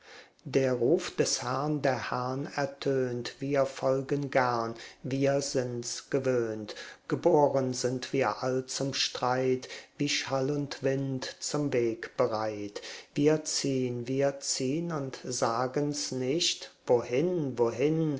der ruf des herrn der herrn ertönt wir folgen gern wir sind's gewöhnt geboren sind wir all zum streit wie schall und wind zum weg bereit wir ziehn wir ziehn und sagen's nicht wohin wohin